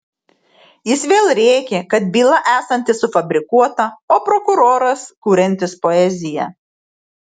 jis vėl rėkė kad byla esanti sufabrikuota o prokuroras kuriantis poeziją